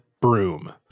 broom